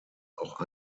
auch